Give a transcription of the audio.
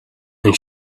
and